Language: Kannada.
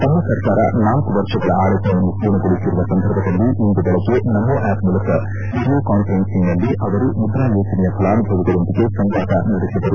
ತಮ್ಮ ಸರ್ಕಾರ ನಾಲ್ಕು ವರ್ಷಗಳ ಆಡಳಿತವನ್ನು ಪೂರ್ಣಗೊಳಿಸಿರುವ ಸಂದರ್ಭದಲ್ಲಿ ಇಂದು ವೆಳಗ್ಗೆ ನಮೋ ಆ್ಕಪ್ ಮೂಲಕ ವಿಡಿಯೋ ಕಾನ್ಫರೆನ್ಸಿಂಗ್ನಲ್ಲಿ ಅವರು ಮುಧ್ರಾ ಯೋಜನೆಯ ಫಲಾನುಭವಿಗಳೊಂದಿಗೆ ಸಂವಾದ ನಡೆಸಿದರು